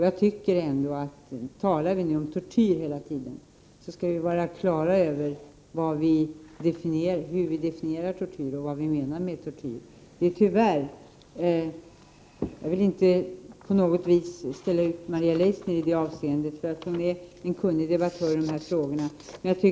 Jag tycker ändå att vi skall vara på det klara med hur tortyr definieras och vad vi menar med tortyr, om vi nu hela tiden talar om tortyr. Jag vill inte på något vis ställa ut Maria Leissner i det avseendet. Hon är en kunnig debattör när det gäller dessa frågor.